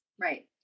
Right